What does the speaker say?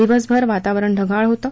दिवसभर वातावरण ढगाळ होतं